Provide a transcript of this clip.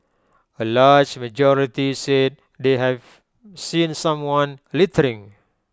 A large majority said they have seen someone littering